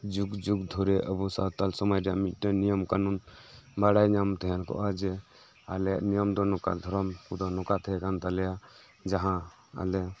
ᱡᱩᱜᱽ ᱡᱩᱜᱽ ᱫᱷᱚᱨᱮ ᱟᱵᱚ ᱥᱟᱶᱛᱟᱞ ᱥᱚᱢᱟᱡᱽ ᱨᱮᱭᱟᱜ ᱢᱤᱜᱴᱮᱱ ᱱᱤᱭᱚᱢ ᱠᱟᱱᱩᱱ ᱵᱟᱲᱟᱭ ᱧᱟᱢ ᱛᱟᱦᱮᱸ ᱠᱚᱜᱼᱟ ᱡᱮ ᱟᱞᱮᱭᱟᱜ ᱱᱤᱭᱚᱢ ᱫᱚ ᱱᱚᱝᱠᱟ ᱫᱷᱚᱨᱚᱢ ᱠᱚᱫᱚ ᱱᱚᱝᱠᱟ ᱛᱟᱦᱮᱸ ᱠᱟᱱ ᱛᱟᱞᱮᱭᱟ ᱡᱟᱦᱟᱸ ᱟᱞᱮ